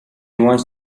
wants